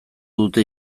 dute